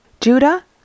Judah